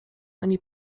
ani